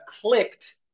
clicked